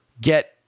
get